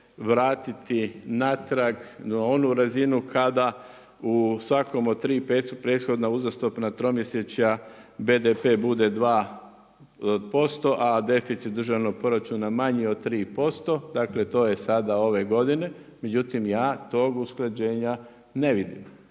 vratiti natrag na onu razinu kada u svakom od tri prethodna uzastopna tromjesečja BDP bude 2% a deficit državnog proračuna manji od 3%, dakle to je sada ove godine, međutim ja tog usklađenja ne vidim.